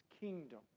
kingdom